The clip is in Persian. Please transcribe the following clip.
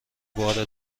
بار